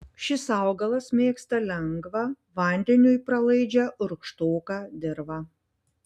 šis augalas mėgsta lengvą vandeniui pralaidžią rūgštoką dirvą